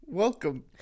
Welcome